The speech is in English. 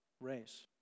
race